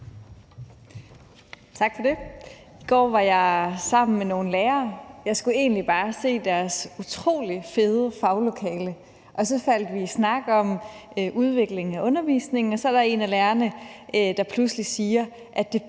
Tak for det. I går var jeg sammen med nogle lærere. Jeg skulle egentlig bare se deres utrolig fede faglokale, og så faldt vi i snak om udviklingen af undervisningen, og så er der en af lærerne, der pludselig siger, at det